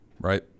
right